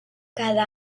cada